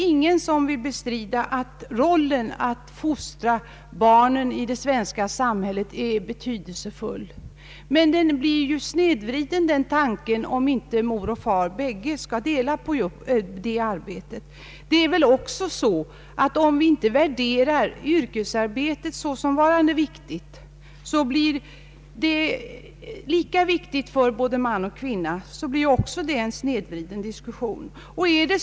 Ingen vill bestrida att rollen att fostra barnen i det svenska samhället är betydelsefull, men den tanken blir ju snedvriden om inte mor och far bägge kan dela på det arbetet. Och om vi inte vär derar yrkesarbetet som lika viktigt för man och kvinna så blir det också där en snedvriden diskussion.